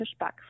pushback